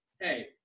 hey